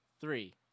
three